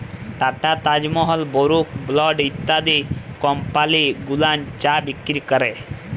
tata, Taj Mahal, Brooke Bond ইত্যাদি company গুলান চা বিক্রি ক্যরে